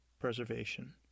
preservation